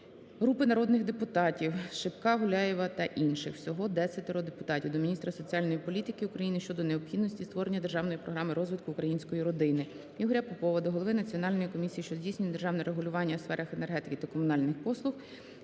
Групи народних депутатів (Шипка, Гуляєва та інших; всього 10 депутатів) до міністра соціальної політики України щодо необхідності створення Державної програми розвитку української родини. Ігоря Попова до голови Національної комісії, що здійснює державне регулювання у сферах енергетики та комунальних послуг